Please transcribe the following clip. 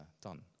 done